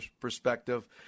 perspective